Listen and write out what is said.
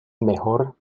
mejor